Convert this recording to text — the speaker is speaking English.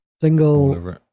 single